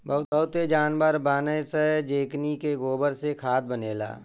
बहुते जानवर बानअ सअ जेकनी के गोबर से खाद बनेला